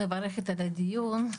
אני מברכת על הדיון.